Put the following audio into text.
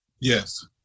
Yes